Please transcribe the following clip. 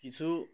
কিছু